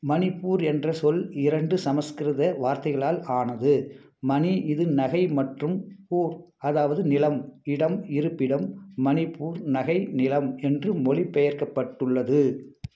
மணிப்பூர் என்ற சொல் இரண்டு சமஸ்கிருத வார்த்தைகளால் ஆனது மணி இது நகை மற்றும் பூர் அதாவது நிலம் இடம் இருப்பிடம் மணிப்பூர் நகை நிலம் என்று மொழிப்பெயர்க்கப்பட்டுள்ளது